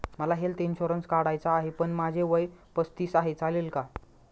मला health insurance काढायचा आहे पण माझे वय पस्तीस आहे, चालेल का?